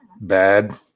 bad